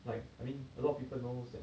like I mean a lot of people knows that